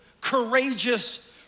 courageous